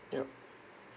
yup